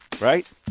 Right